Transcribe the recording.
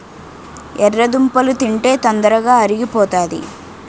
ఎర్రదుంపలు తింటే తొందరగా అరిగిపోతాది